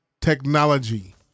technology